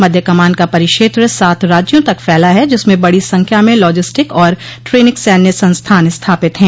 मध्य कमान का परिक्षेत्र सात राज्यों तक फैला है जिसमें बड़ी संख्या में लाजिस्टिक और ट्रेनिक सैन्य संस्थान स्थापित है